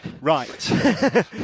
Right